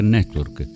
Network